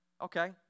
okay